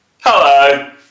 Hello